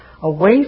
away